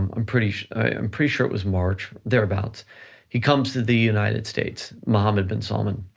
i'm pretty i'm pretty sure it was march, thereabouts. he comes to the united states, mohammed bin salman,